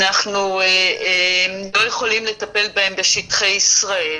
אנחנו לא יכולים לטפל בהם בשטחי ישראל,